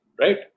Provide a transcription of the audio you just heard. Right